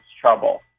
trouble